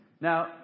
Now